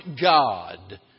God